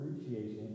appreciation